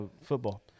football